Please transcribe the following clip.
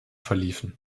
verliefen